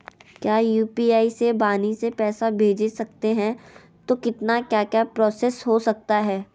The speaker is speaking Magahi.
क्या यू.पी.आई से वाणी से पैसा भेज सकते हैं तो कितना क्या क्या प्रोसेस हो सकता है?